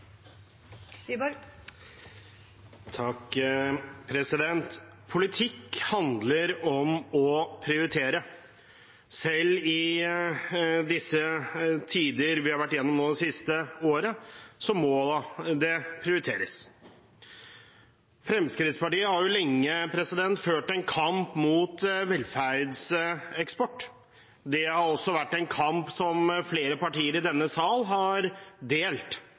Politikk handler om å prioritere. Selv i disse tider vi har vært gjennom det siste året, må det prioriteres. Fremskrittspartiet har lenge ført en kamp mot velferdseksport. Det har også vært en kamp flere partier i denne sal har delt.